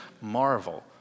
marvel